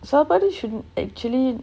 saapaadu shouldn't actually